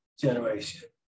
generation